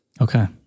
Okay